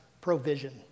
provision